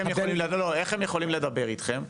איך הם יכולים לדבר אתכם?